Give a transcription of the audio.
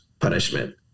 punishment